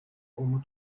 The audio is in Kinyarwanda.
w’umu